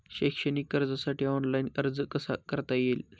शैक्षणिक कर्जासाठी ऑनलाईन अर्ज कसा करता येईल?